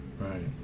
Right